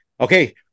Okay